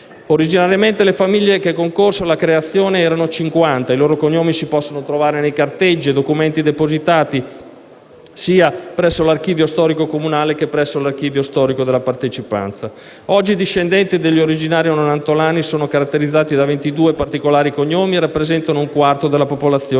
Originariamente le famiglie che concorsero alla creazione della Partecipanza agraria furono cinquanta e i loro cognomi si possono trovare nei carteggi e documenti depositati sia presso l'Archivio storico comunale, che presso l'Archivio storico della Partecipanza. Oggi i discendenti degli originari nonantolani sono caratterizzati da ventidue particolari cognomi e rappresentano un quarto della popolazione